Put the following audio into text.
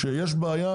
שיש בעיה